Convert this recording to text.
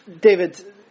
David